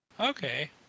Okay